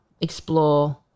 explore